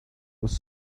was